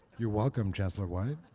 you're welcome, chancellor white,